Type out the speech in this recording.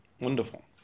wonderful